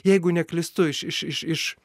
jeigu neklystu iš iš iš iš